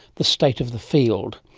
the state of the field,